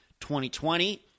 2020